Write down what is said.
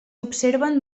observen